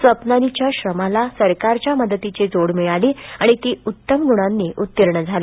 स्वप्नालीच्या श्रमाला सरकारच्या मदतीची जोड मिळाली आणि ती उत्तम ग्रणांनी उत्तीर्ण झाली